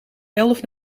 elf